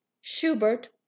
Schubert